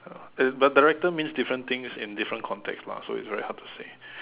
ya but director means different things in different context lah so it's very hard to say